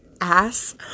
ass